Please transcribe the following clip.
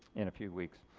in a few weeks.